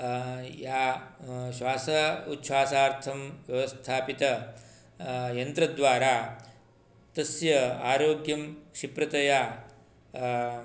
या श्वास उच्छ्वासार्थं व्यवस्थापित यन्त्रद्वारा तस्य आरोग्यं क्षिप्रतया